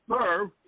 serve